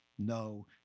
No